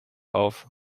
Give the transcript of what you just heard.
auf